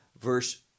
Verse